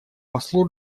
послу